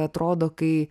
atrodo kai